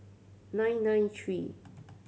nine nine three